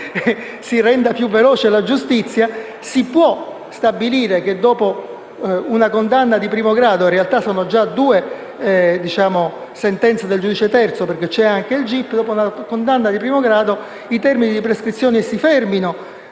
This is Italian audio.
si renda più veloce la giustizia, si può stabilire che dopo una condanna di primo grado (in realtà, ci sono già due sentenze del giudice terzo, perché c'è anche il gip), i termini di prescrizione si fermino,